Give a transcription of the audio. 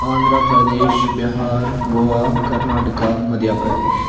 Andhra Pradesh Bihar Goa Karnataka Madhya Pradesh